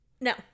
No